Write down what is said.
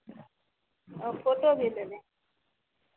और फोटो भी ले लें